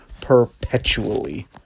perpetually